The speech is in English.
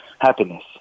happiness